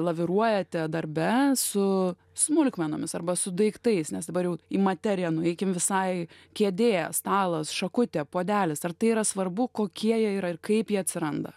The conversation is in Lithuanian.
laviruojate darbe su smulkmenomis arba su daiktais nes dabar jau į materiją nueikim visai kėdė stalas šakutė puodelis ar tai yra svarbu kokie jie yra ir kaip jie atsiranda